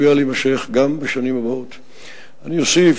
הקמת התאגידים האזוריים תאפשר ניהול משק מים וביוב כמשק סגור,